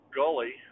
gully